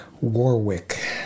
Warwick